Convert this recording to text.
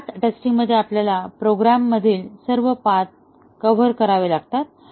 path टेस्टिंगमध्ये आपल्याला प्रोग्राममधील सर्व पाथ कव्हर करावे लागतात